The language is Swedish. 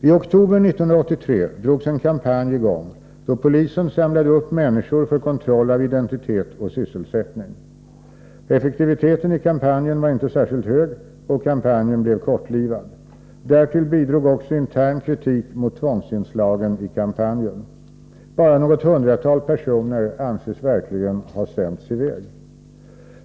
I oktober 1983 drogs en kampanj i gång, då polisen samlade upp människor för kontroll av identitet och sysselsättning. ”Effektiviteten” i kampanjen var inte särskilt hög, och kampanjen blev kortlivad. Därtill bidrog också intern kritik mot tvångsinslagen i kampanjen. Bara något hundratal personer anses verkligen ha sänts i väg.